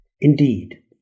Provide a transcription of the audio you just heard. indeed